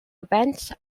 events